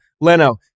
Leno